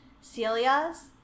Celia's